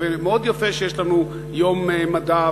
ומאוד יפה שיש לנו יום מדע,